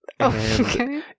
Okay